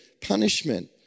punishment